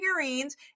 figurines